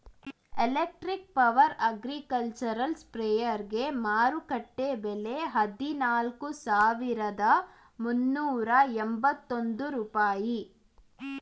electric power agricultural ಸ್ಪ್ರೆಯರ್ಗೆ ಮಾರುಕಟ್ಟೆ ಬೆಲೆ ಹದಿನಾಲ್ಕು ಸಾವಿರದ ಮುನ್ನೂರ ಎಂಬತ್ತೊಂದು ರೂಪಾಯಿ